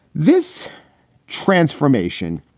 this transformation,